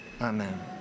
amen